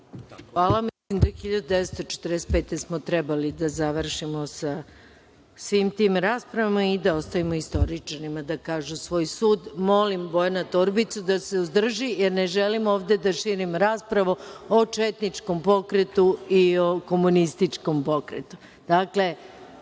Hvala vam. Do 1945. godine smo trebali da završimo sa svim tim raspravama i da ostavimo istoričarima da kažu svoj sud. Molim Bojana Torbicu da se uzdrži jer ne želim ovde da širim raspravu o četničkom pokretu i o komunističkom pokretu.